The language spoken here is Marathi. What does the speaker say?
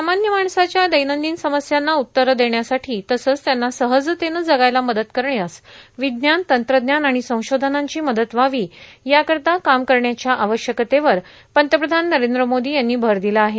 सामान्य माणसाच्या दैनंदिन समस्यांना उत्तर देण्यासाठी तसंच त्यांना सहजतेनं जगायला मदत करण्यास विज्ञान तंत्रज्ञान आणि संशोधनांची मदत व्हावी याकरीता काम करण्याच्या आवश्यकतेवर पंतप्रधान नरेंद्र मोदी यांनी भर दिला आहे